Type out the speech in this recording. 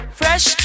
fresh